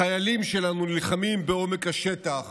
החיילים שלנו, נלחמים בעומק השטח